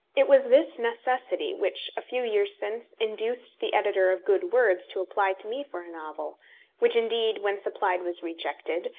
it was this necessity which, a few years since, induced the editor of good words to apply to me for a novel which, indeed, when supplied was rejected,